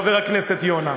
חבר הכנסת יונה.